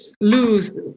lose